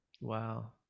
Wow